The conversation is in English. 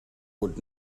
would